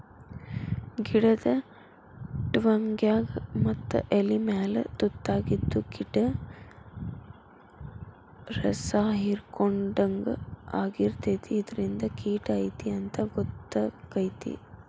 ಗಿಡದ ಟ್ವಂಗ್ಯಾಗ ಮತ್ತ ಎಲಿಮ್ಯಾಲ ತುತಾಗಿದ್ದು ಗಿಡ್ದ ರಸಾಹಿರ್ಕೊಡ್ಹಂಗ ಆಗಿರ್ತೈತಿ ಇದರಿಂದ ಕಿಟ ಐತಿ ಅಂತಾ ಗೊತ್ತಕೈತಿ